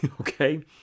okay